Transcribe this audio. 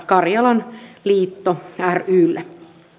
karjalan liitto rylle